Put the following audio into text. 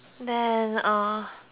uh